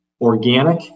organic